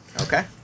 Okay